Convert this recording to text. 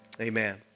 amen